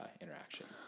interactions